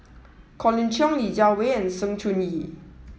Colin Cheong Li Jiawei and Sng Choon Yee